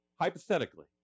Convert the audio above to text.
Hypothetically